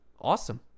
awesome